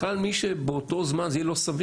בכלל באותו זמן זה יהיה לא סביר,